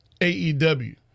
AEW